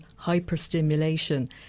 Hyperstimulation